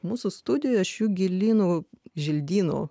mūsų studijoje šių gėlynų želdynų